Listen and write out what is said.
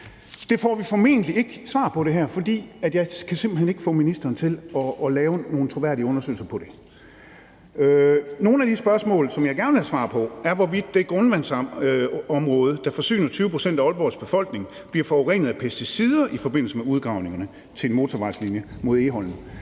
her får vi formentlig ikke svar på, for jeg kan simpelt hen ikke få ministeren til at lave nogle troværdige undersøgelser af det. Kl. 13:09 Nogle af de spørgsmål, som jeg gerne vil have et svar på, er, hvorvidt det grundvandsområde, der forsyner 20 pct. af Aalborgs befolkning, bliver forurenet af pesticider i forbindelse med udgravningerne til en motorvejslinje mod Egholm.